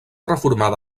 reformada